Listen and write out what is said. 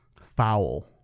foul